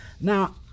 Now